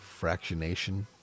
Fractionation